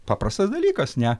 paprastas dalykas ne